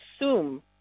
assume